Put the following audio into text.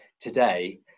today